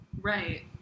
Right